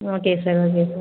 okay sir okay sir